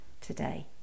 today